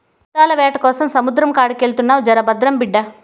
ముత్తాల వేటకోసం సముద్రం కాడికెళ్తున్నావు జర భద్రం బిడ్డా